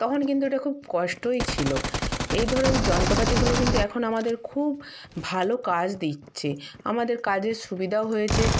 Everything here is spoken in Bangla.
তখন কিন্তু ওটা খুব কষ্টই ছিলো এই ধরন যন্তপাতিগুলো কিন্তু এখন আমাদের খুব ভালো কাজ দিচ্ছে আমাদের কাজের সুবিধাও হয়েছে